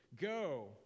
Go